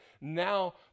Now